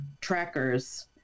trackers